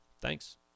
Thanks